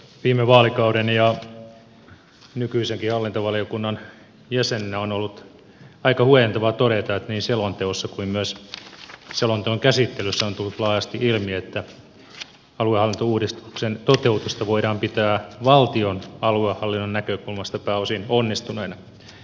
viime vaalikauden ja nykyisenkin hallintovaliokunnan jäsenenä on ollut aika huojentavaa todeta että niin selonteossa kuin myös selonteon käsittelyssä on tullut laajasti ilmi että aluehallintouudistuksen toteutusta voidaan pitää valtion aluehallinnon näkökulmasta pääosin onnistuneena